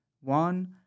One